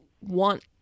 want